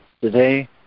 Today